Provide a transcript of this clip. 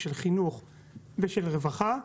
החינוך ורווחה,